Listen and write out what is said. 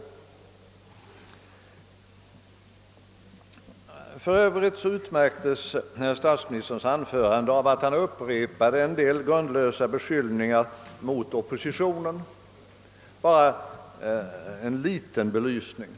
För övrigt utmärktes statsministerns anförande i dag av att han upprepade en del grundlösa beskyllningar mot oppositionen. Jag skall bara ge ett exempel för att belysa detta.